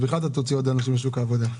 אז בכלל אתה תוציא עוד אנשים לשוק העבודה.